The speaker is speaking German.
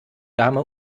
dame